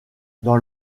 dans